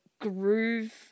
groove